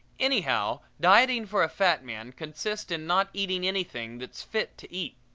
anyhow, dieting for a fat man consists in not eating anything that's fit to eat.